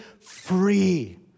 free